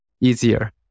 easier